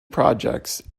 projects